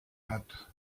hat